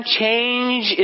change